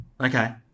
Okay